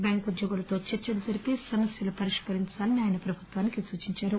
bank ఉద్యోగులతో చర్చలు జరిపి సమస్యలు పరిష్కరించాలని ఆయన ప్రభుత్వానికి సూచించారు